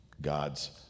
God's